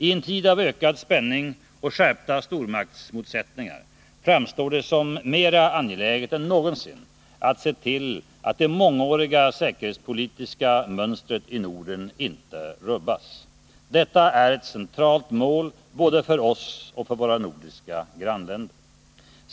I en tid av ökad spänning och skärpta stormaktsmotsättningar framstår det som mera angeläget än någonsin att se till att det mångåriga säkerhetspolitiska mönstret i Norden inte rubbas. Detta är ett centralt mål både för oss och för våra nordiska grannländer.